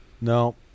No